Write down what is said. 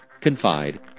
confide